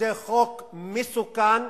שזה חוק מסוכן,